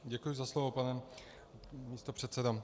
Děkuji za slovo, pane místopředsedo.